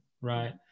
right